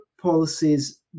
policies